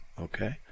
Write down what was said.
Okay